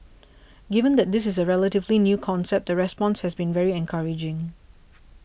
given that this is a relatively new concept the response has been very encouraging